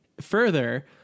further